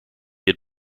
had